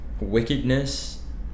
wickedness